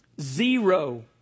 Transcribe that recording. Zero